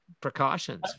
precautions